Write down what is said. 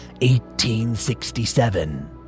1867